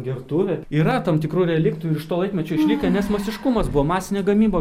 gertuvė yra tam tikrų reliktų ir iš to laikmečio išlikę nes masiškumas buvo masinė gamyba